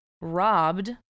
robbed